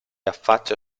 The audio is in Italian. affaccia